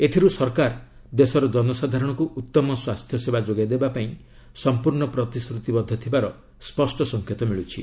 ଏଥିରୁ ସରକାର ଦେଶର ଜନସାଧାରଣଙ୍କୁ ଉତ୍ତମ ସ୍ୱାସ୍ଥ୍ୟସେବା ଯୋଗାଇ ଦେବାପାଇଁ ପ୍ରତିଶ୍ରତିବଦ୍ଧ ଥିବାର ସ୍ୱଷ୍ଟ ସଂକେତ ମିଳୁଛି